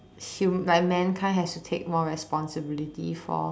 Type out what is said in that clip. human like mankind has to take more responsibility for